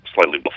slightly